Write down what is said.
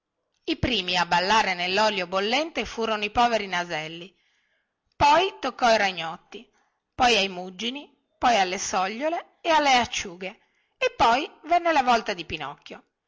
i primi a ballare nellolio bollente furono i poveri naselli poi toccò ai ragnotti poi ai muggini poi alle sogliole e alle acciughe e poi venne la volta di pinocchio